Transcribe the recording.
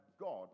God